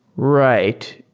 right.